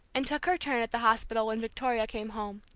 and took her turn at the hospital when victoria came home.